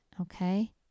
Okay